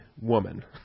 woman